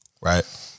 Right